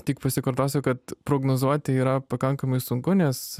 tik pasikartosiu kad prognozuoti yra pakankamai sunku nes